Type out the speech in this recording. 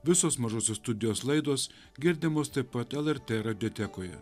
visos mažosios studijos laidos girdimos taip pat lrt radiotekoje